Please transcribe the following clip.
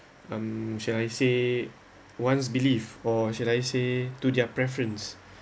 um shall I say one's belief or shall I say to their preference